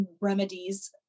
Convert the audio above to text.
remedies